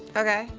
okay.